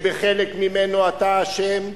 בחלק ממנו אתה אשם,